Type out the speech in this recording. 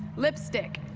lipstick.